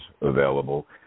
available